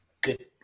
Good